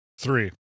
Three